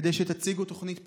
כדי שתציגו תוכנית פעולה?